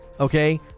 Okay